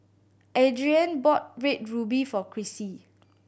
Adrianne bought Red Ruby for Chrissy